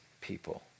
people